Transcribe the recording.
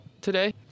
today